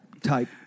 type